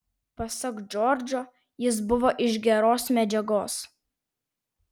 pasak džordžo jis buvo iš geros medžiagos